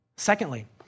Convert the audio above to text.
Secondly